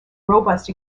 robust